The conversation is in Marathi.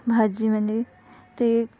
भाजीमध्ये ते